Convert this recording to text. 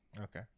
Okay